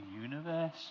universe